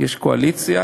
יש קואליציה,